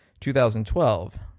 2012